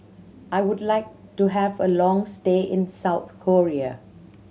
I would like to have a long stay in South Korea